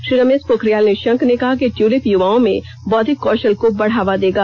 श्री रमेश पोखरियाल निशंक ने कहा कि ट्यूलिप युवाओं में बौद्धिक कौशल को बढ़ावा देगा